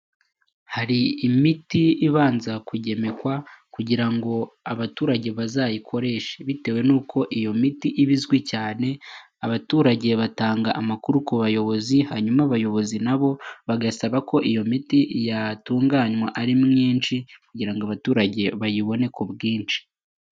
Hari imiti ibanza kugemekwa kugira ngo abaturage bazayikoreshe. Bitewe n'uko iyo miti iba izwi cyane, abaturage batanga amakuru ku bayobozi, hanyuma abayobozi na bo bagasaba ko iyo miti yatunganywa ari myinshi kugira ngo abaturage bayibone ku bwinshi.